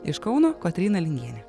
iš kauno kotryna lingienė